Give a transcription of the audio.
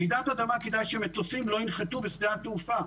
ברעידת אדמה כדאי שמטוסים לא ינחתו בשדה התעופה.